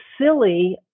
silly